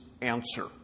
answer